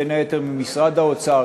בין היתר ממשרד האוצר,